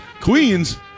Queens